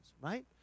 right